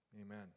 Amen